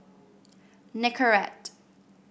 nicorette